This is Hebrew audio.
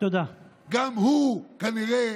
גם הוא כנראה